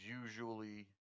usually